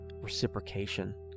reciprocation